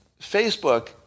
Facebook